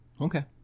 Okay